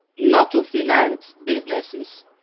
not to finance businesses.